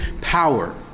power